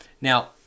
Now